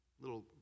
little